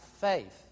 faith